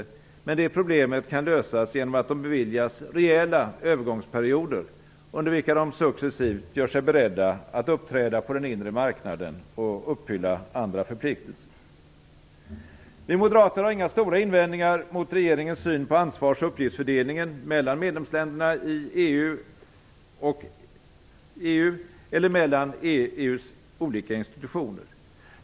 Men det problemet kan lösas genom att de beviljas rejäla övergångsperioder, under vilka de successivt gör sig beredda att uppträda på den inre marknaden och uppfylla andra förpliktelser. Vi moderater har inga stora invändningar mot regeringens syn på ansvars och uppgiftsfördelningen mellan medlemsländerna i EU eller mellan EU:s olika institutioner.